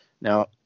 Now